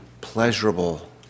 pleasurable